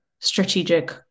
strategic